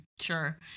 Sure